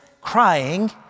crying